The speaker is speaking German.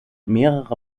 mehrere